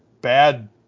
bad